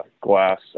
glass